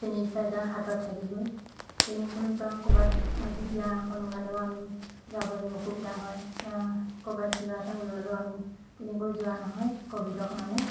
sanitiser হাতত থাকিবই তেনেকৈ বা ক'ৰবাত আজি বিয়া এখন ওলালেও আমি যাবলৈ অসুবিধা হয় বা ক'ৰবাত কিবা এটা ওলালেও আমি তেনেকৈ যোৱা নহয় ক'ভিডৰ কাৰণে